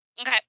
Okay